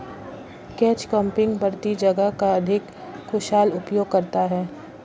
catch cropping बढ़ती जगह का अधिक कुशल उपयोग करता है